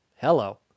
Hello